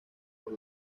por